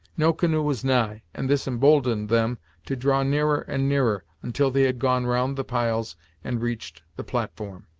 no canoe was nigh, and this emboldened them to draw nearer and nearer, until they had gone round the piles and reached the platform.